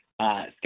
Scott